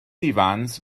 ifans